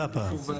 זה הפער.